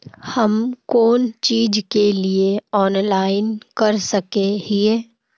हम कोन चीज के लिए ऑनलाइन कर सके हिये?